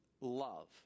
love